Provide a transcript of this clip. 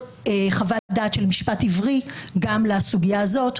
חוות-דעת של משפט עברי גם לסוגיה הזאת,